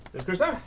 miss crusoe?